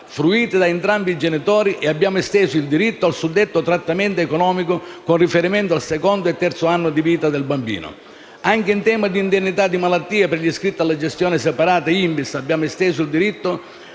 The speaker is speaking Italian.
fruiti da entrambi i genitori e abbiamo esteso il diritto al suddetto trattamento economico con riferimento al secondo e terzo anno di vita del bambino. Anche in tema di indennità di malattia per gli iscritti alla gestione separata INPS abbiamo esteso il diritto